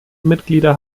mitglieder